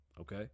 Okay